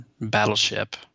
battleship